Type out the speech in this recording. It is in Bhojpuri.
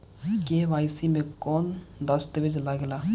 के.वाइ.सी मे कौन दश्तावेज लागेला?